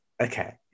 okay